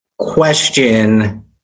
question